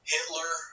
Hitler